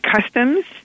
customs